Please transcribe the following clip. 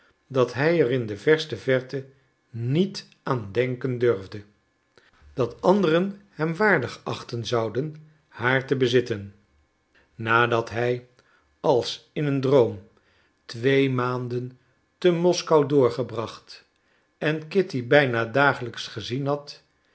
dat hij er in de verste verte niet aan denken durfde dat anderen hem waardig achten zouden haar te bezitten nadat hij als in een droom twee maanden te moskou doorgebracht en kitty bijna dagelijks gezien had